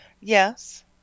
Yes